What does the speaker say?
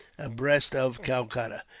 abreast of calcutta.